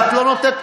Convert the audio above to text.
יכול לעצור?